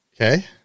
Okay